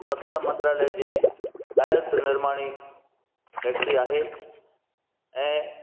रक्षामंत्रालय जी आयत निर्माणी फैक्ट्री आहे ऐं